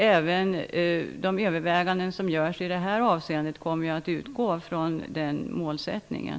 Även de överväganden som görs i detta avseende kommer att utgå från den målsättningen.